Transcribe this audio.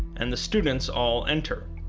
and the students all enter.